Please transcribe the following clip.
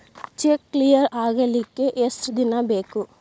Check clear ಆಗಲಿಕ್ಕೆ ಎಷ್ಟ ದಿನ ಬೇಕು?